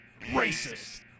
racist